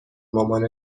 مامان